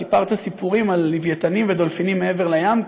סיפרת סיפורים על לווייתנים ודולפינים מעבר לים,